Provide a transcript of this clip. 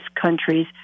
countries